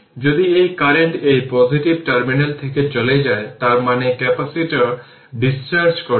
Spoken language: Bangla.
যদি এই কারেন্ট এই পজিটিভ টার্মিনাল থেকে চলে যায় তার মানে ক্যাপাসিটর ডিসচার্জ করছে